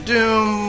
Doom